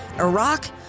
Iraq